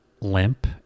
limp